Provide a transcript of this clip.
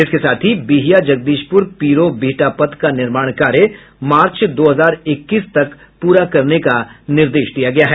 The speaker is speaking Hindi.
इसके साथ ही बिहिया जगदीशपुर पीरो बिहटा पथ का निर्माण कार्य मार्च दो हजार इक्कीस तक पूरा करने का निर्देश दिया है